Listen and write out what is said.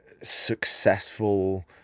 successful